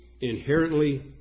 inherently